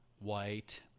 white